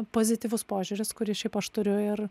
pozityvus požiūris kurį šiaip aš turiu ir